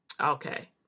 Okay